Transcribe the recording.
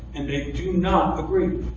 and they do not agree.